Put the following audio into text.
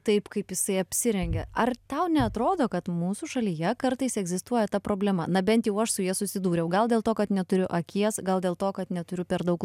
taip kaip jisai apsirengė ar tau neatrodo kad mūsų šalyje kartais egzistuoja ta problema na bent jau aš su ja susidūriau gal dėl to kad neturiu akies gal dėl to kad neturiu per daug